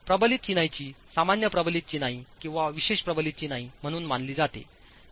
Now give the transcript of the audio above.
प्रबलितचिनाईची सामान्य प्रबलित चिनाई किंवा विशेष प्रबलित चिनाई म्हणून मानली जाते